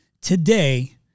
today